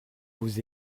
vous